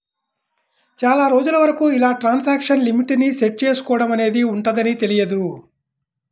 చాలా రోజుల వరకు ఇలా ట్రాన్సాక్షన్ లిమిట్ ని సెట్ చేసుకోడం అనేది ఉంటదని తెలియదు